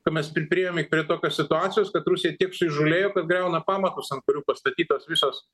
kad mes pri priėjome prie tokios situacijos kad rusija tiek suįžūlėjo kad griauna pamatus ant kurių pastatytos visos